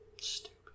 Stupid